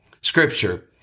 Scripture